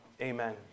amen